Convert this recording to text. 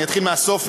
אני אתחיל מהסוף,